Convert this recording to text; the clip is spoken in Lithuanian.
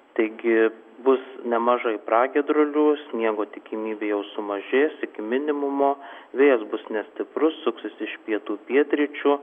taigi bus nemažai pragiedrulių sniego tikimybė jau sumažės iki minimumo vėjas bus nestiprus suksis iš pietų pietryčių